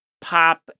pop